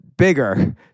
bigger